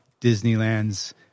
Disneyland's